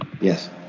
Yes